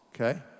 okay